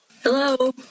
Hello